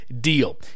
deal